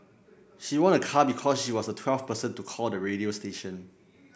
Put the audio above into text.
she won a car because she was the twelfth person to call the radio station